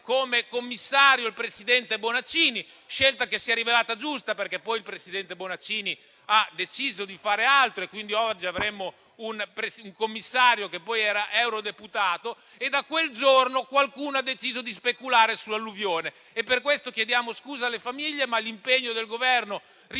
come commissario il presidente Bonaccini. Una scelta questa che si è rivelata giusta, perché poi il presidente Bonaccini ha deciso di fare altro, per cui oggi avremmo un commissario eurodeputato. Da quel giorno qualcuno ha deciso di speculare sull'alluvione. Per questo chiediamo scusa alle famiglie. L'impegno del Governo, però,